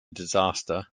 disaster